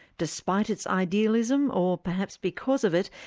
despite its idealism, or perhaps because of it,